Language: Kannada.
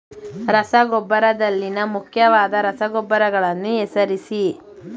ರಸಗೊಬ್ಬರದಲ್ಲಿನ ಮುಖ್ಯವಾದ ರಸಗೊಬ್ಬರಗಳನ್ನು ಹೆಸರಿಸಿ?